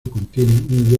contiene